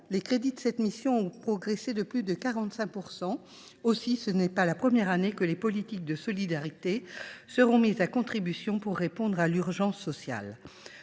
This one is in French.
les crédits de cette mission ont progressé de plus de 45 %. Ce n’est donc pas la première année où les politiques de solidarité seront mises à contribution pour répondre à l’urgence sociale.